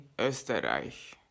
Österreich